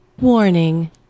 Warning